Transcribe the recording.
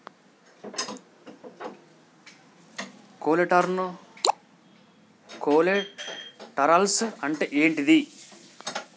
Collaterals అంటే ఏంటిది?